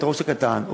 הראש הקטן,